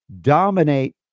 dominate